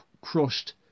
crushed